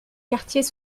quartiers